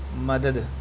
مدد